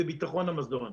זה ביטחון המזון.